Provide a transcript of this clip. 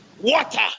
water